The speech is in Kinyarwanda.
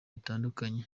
bitandukanye